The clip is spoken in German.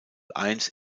eins